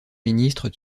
ministre